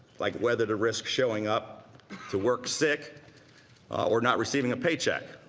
like whether to risk showing up to work sick or not receiving a paycheck.